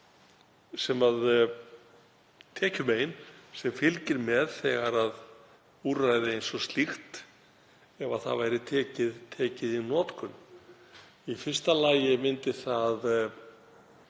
það er tekjumegin sem fylgir með þegar úrræði eins og slíkt er tekið í notkun. Í fyrsta lagi myndi það